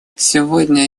сегодня